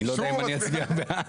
אני לא יודע אם אני אצביע בעד.